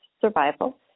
survival